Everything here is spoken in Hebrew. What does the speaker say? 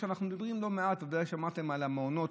אנחנו מדברים לא מעט, ודאי שמעתם, על המעונות.